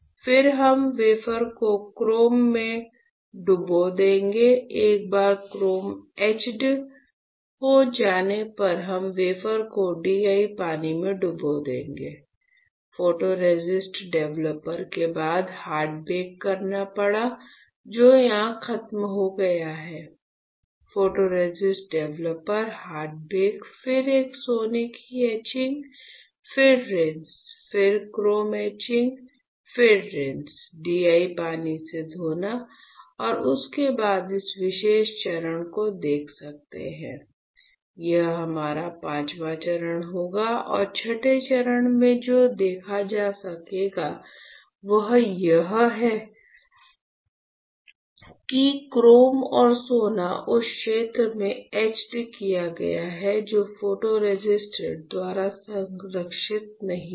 फिर हम वेफर को क्रोम में डुबो देंगे एक बार क्रोम एटचेड किया गया है जो फोटोरेसिस्ट द्वारा संरक्षित नहीं था